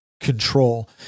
control